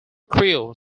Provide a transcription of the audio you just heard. crew